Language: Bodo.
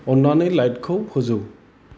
अन्नानै लाइटखौ फोजौ